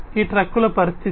ఈ ట్రక్కుల పరిస్థితి